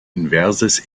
inverses